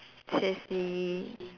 so sweet